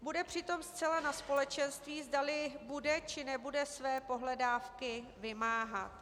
Bude přitom zcela na společenství, zdali bude, či nebude své pohledávky vymáhat.